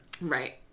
Right